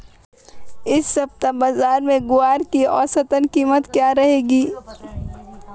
इस सप्ताह बाज़ार में ग्वार की औसतन कीमत क्या रहेगी?